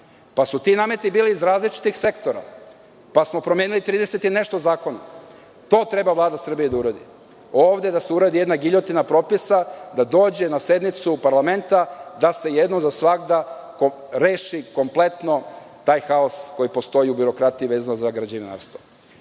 nameta. Ti nameti su bili iz različitih sektora, pa smo promenili trideset i nešto zakona. To treba Vlada Srbije da uradi. Ovde da se uradi jedna giljotina propisa, da dođe na sednicu parlamenta, i da se jednom za svagda reši kompletno taj haos koji postoji u birokratiji vezano za građevinarstvo. Ako